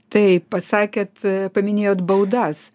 taip pasakėt paminėjot baudas